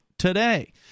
today